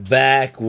back